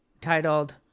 titled